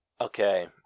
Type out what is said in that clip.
Okay